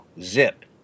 zip